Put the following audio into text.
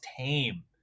tame